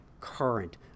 current